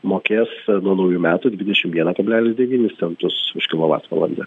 mokės nuo naujų metų dvidešimt vieną kablelis devynis centus už kilovatvalandę